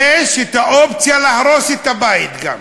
יש האופציה להרוס את הבית גם.